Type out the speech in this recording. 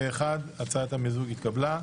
פה אחד הצעת המיזוג נתקבלה.